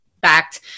backed